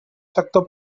sector